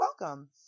welcome